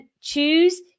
choose